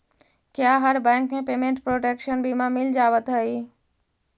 क्या हर बैंक में पेमेंट प्रोटेक्शन बीमा मिल जावत हई